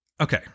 Okay